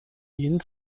ihn